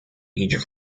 each